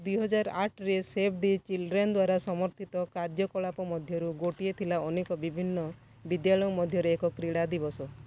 ଦୁଇ ହଜାର ଆଠରେ ସେଭ୍ ଦି ଚିଲ୍ଡ୍ରେନ୍ ଦ୍ୱାରା ସମର୍ଥିତ କାର୍ଯ୍ୟକଳାପମଧ୍ୟରୁ ଗୋଟିଏ ଥିଲା ଅନେକ ବିଭିନ୍ନ ବିଦ୍ୟାଳୟ ମଧ୍ୟରେ ଏକ କ୍ରୀଡ଼ା ଦିବସ